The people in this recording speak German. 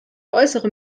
äußere